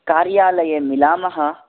कार्यलये मिलामः